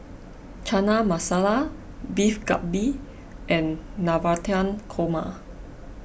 Chana Masala Beef Galbi and Navratan Korma